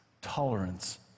tolerance